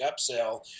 upsell